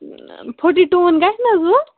forty ٹوٗوَن گژھِ نہٕ حظ وۄنۍ